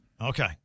Okay